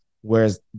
whereas